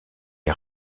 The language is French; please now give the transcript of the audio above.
est